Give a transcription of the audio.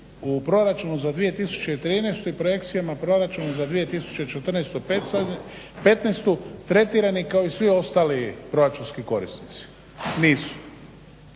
u proračunu za 2013.i projekcijama proračuna za 2014., 2015.tretirani kao i svi ostali proračunski korisnici? Nisu.